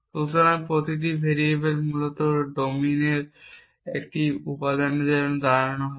সুতরাং প্রতিটি ভেরিয়েবল মূলত ডোমিনের একটি উপাদানের জন্য দাঁড়ানো হবে